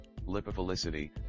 lipophilicity